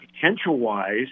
potential-wise